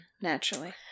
Naturally